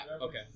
Okay